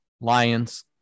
Lions